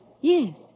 Yes